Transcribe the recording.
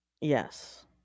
Yes